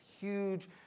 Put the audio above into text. huge